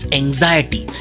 anxiety